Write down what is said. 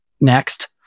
Next